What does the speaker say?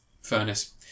Furnace